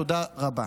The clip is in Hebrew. תודה רבה.